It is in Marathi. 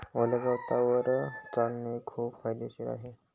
ओल्या गवतावर चालणे खूप फायदेशीर आहे